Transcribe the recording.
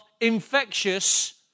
infectious